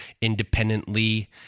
independently